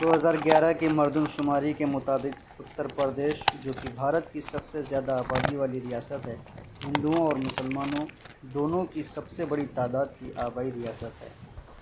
دو ہزار گیارہ کی مردم شماری کے مطابق اتر پردیش جو کہ بھارت کی سب سے زیادہ آبادی والی ریاست ہے ہندوؤں اور مسلمانوں دونوں کی سب سے بڑی تعداد کی آبائی ریاست ہے